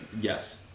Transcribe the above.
yes